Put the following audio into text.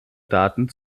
daten